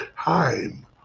time